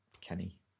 Kenny